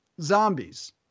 zombies